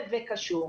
וקשור.